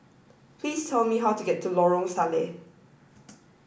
please tell me how to get to Lorong Salleh